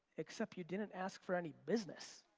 except you didn't ask for any business.